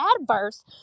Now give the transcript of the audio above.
adverse